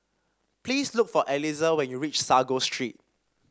please look for Eliezer when you reach Sago Street